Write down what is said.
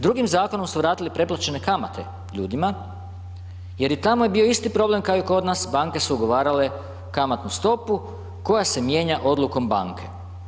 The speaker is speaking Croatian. Drugim zakonom su vratili preplaćene kamate ljudima jer i tamo je bio isti problem kao i kod nas, banke su ugovarale kamatnu stopu koja se mijenja odlukom banke.